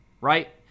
right